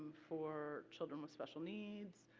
for children with special needs,